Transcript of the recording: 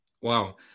Wow